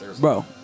Bro